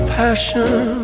passion